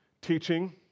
teaching